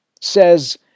says